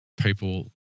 people